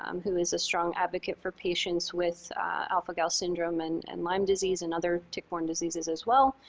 um who is a strong advocate for patients with alpha-gal syndrome and and lyme disease and other tick-borne diseases as well.